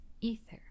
ether